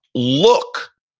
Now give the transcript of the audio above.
look,